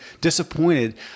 disappointed